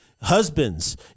Husbands